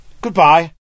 Goodbye